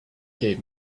gave